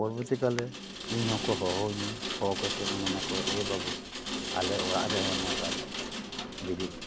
ᱯᱚᱨᱚ ᱵᱚᱨᱛᱤ ᱠᱟᱞ ᱨᱮ ᱤᱧ ᱦᱚᱸᱠᱚ ᱦᱚᱦᱚᱭᱟᱹᱧᱟᱹ ᱦᱚᱦᱚ ᱠᱟᱛᱮ ᱢᱮᱱᱟᱠᱚ ᱮᱹ ᱵᱟᱹᱵᱩ ᱟᱞᱮ ᱚᱲᱟᱜ ᱨᱮᱦᱚᱸ ᱱᱚᱝᱠᱟ ᱵᱤᱨᱤᱫ